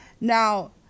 Now